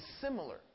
similar